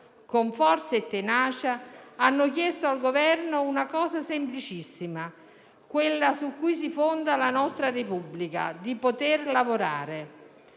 con forza e tenacia, hanno chiesto al Governo una cosa semplicissima, quella su cui si fonda la nostra Repubblica: poter lavorare.